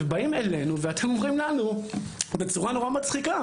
ואתם באים אלינו ואומרים לנו בצורה נורא מצחיקה